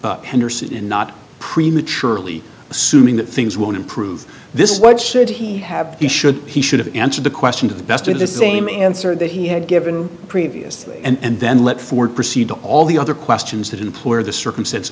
in not prematurely assuming that things will improve this is what should he have he should he should have answered the question to the best of the same answer that he had given previously and then let ford proceed to all the other questions that implore the circumstance